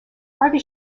harvey